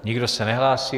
Nikdo se nehlásí.